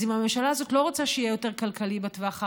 אז אם הממשלה הזאת לא רוצה שזה יהיה יותר כלכלי בטווח הארוך,